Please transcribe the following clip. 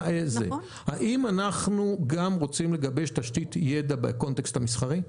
האם אנחנו גם רוצים לגבש תשתית ידע בקונטקסט המסחרי?